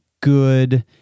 good